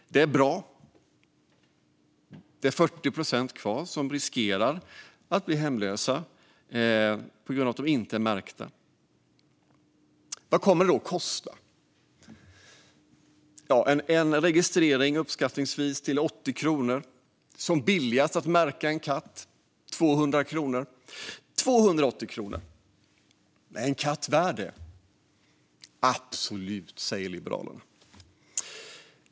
Det är bra. Men det är 40 procent kvar som riskerar att bli hemlösa på grund av att de inte är märkta. Vad kommer det då att kosta? En registrering kostar uppskattningsvis 80 kronor. Som billigast kostar det 200 kronor att märka en katt. Det är 280 kronor. Är en katt värd det? Absolut, säger Liberalerna.